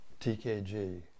TKG